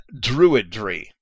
Druidry